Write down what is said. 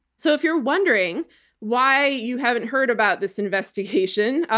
so if you're wondering why you haven't heard about this investigation,